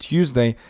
Tuesday